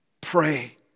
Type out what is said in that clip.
pray